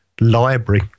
library